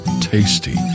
tasty